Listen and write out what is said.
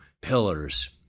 pillars